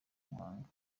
muhanga